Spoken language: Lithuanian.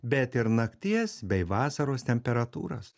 bet ir nakties bei vasaros temperatūras